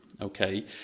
okay